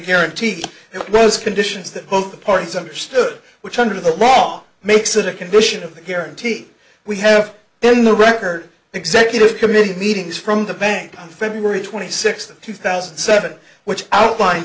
guarantee it was conditions that both parties understood which under the law makes it a condition of the guarantee we have then the record executive committee meetings from the bank on february twenty sixth two thousand and seven which outlin